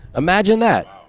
imagine that